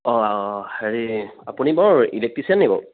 অ হেৰি আপুনি বাৰু ইলেক্টিচিয়াননি বাৰু